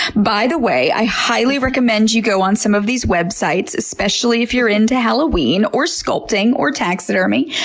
by the way, i highly recommend you go on some of these websites, especially if you're into halloween, or sculpting, or taxidermy.